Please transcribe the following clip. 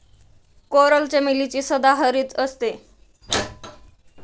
coral चमेली सदाहरित असते